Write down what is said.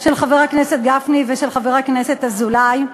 של חבר הכנסת גפני ושל חבר הכנסת אזולאי.